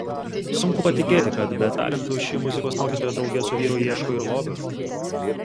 sunku patikėti kad be talentų ši muzikos mokytoja drauge su vyru ieško ir lobių